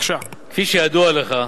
כפי שידוע לך,